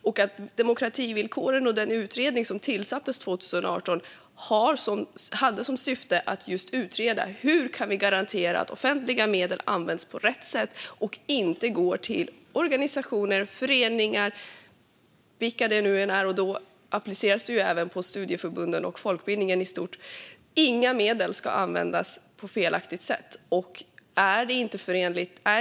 Syftet med demokrativillkoren och den utredning som tillsattes 2018 var att utreda just hur vi kan garantera att offentliga medel används på rätt sätt och att de inte går till organisationer eller föreningar, vilka det än är - det appliceras alltså även på studieförbunden och folkbildningen i stort - som använder dem på felaktigt sätt. Inga medel ska användas på felaktigt sätt.